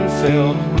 filled